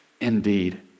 indeed